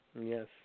yes